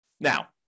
Now